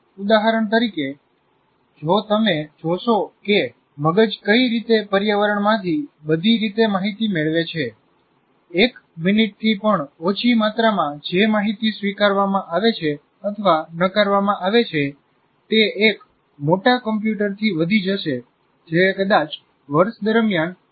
ઉદાહરણ તરીકે જો તમે જોશો કે મગજ કઈ રીતે પર્યાવરણમાંથી બધી રીતે માહિતી મેળવે છે કમ્પ્યુટર દ્રષ્ટિકોણથી દ્રશ્ય ભાગની બહાર અવિરત સંખ્યામાં વસ્તુઓ સતત બદલાતી રહે છે જે આપણા ધ્યાન પર આવે છે એક મિનિટથી પણ ઓછી માત્રામાં જે માહિતી સ્વીકારવામાં આવે છે અથવા નકારવામાં આવે છે તે એક મોટા કમ્પ્યુટરથી વધી જશે જે કદાચ વર્ષ દરમિયાન સંભાળી શકે છે